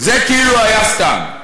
זה כאילו היה סתם.